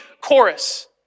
chorus